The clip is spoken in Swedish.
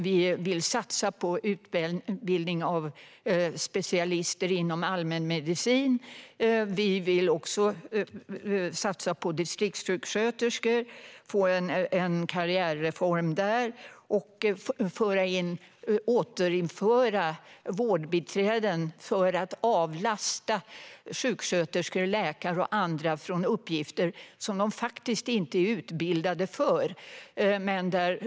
Vi vill satsa på utbildning av specialister inom allmänmedicin. Vi vill också satsa på en karriärreform för distriktssjuksköterskor, och vi vill återinföra vårdbiträden för att avlasta sjuksköterskor, läkare och andra från uppgifter som de faktiskt inte är utbildade för.